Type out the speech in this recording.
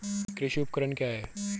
कृषि उपकरण क्या है?